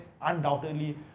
undoubtedly